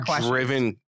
driven